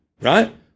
right